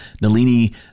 nalini